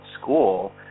school